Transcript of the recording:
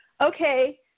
okay